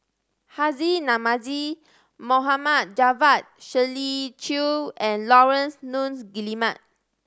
Haji Namazie Mohd Javad Shirley Chew and Laurence Nunns Guillemard